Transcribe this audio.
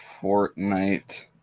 Fortnite